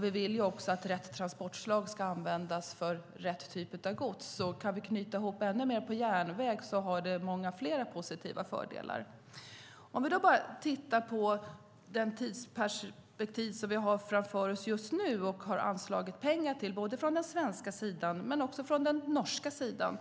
Vi vill också att rätt transportslag ska användas för rätt typ av gods. Om vi kan knyta ihop ännu mer på järnväg finns många fler positiva fördelar. Låt oss titta på det tidsperspektiv som vi har framför oss just nu och har anslagit pengar till, från den svenska sidan och från den norska sidan.